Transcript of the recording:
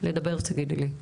לדבר תגידי לי.